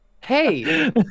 hey